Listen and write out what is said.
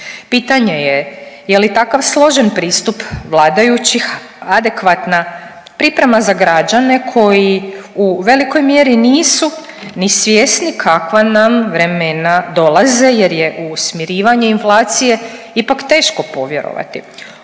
Pitanje je je li takav složen pristup vladajućih adekvatna priprema za građane koji u velikoj mjeri nisu ni svjesni kakva nam vremena dolaze jer je u smirivanje inflacije ipak teško povjerovati.